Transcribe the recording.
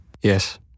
Yes